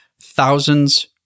thousands